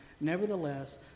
Nevertheless